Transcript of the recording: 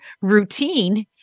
routine